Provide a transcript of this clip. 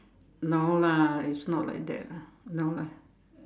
no lah it's not like that ah no lah